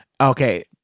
Okay